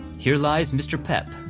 here lies mr. pep,